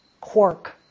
quark